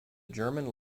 german